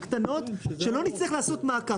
שלא נצטרך לעשות מעקף.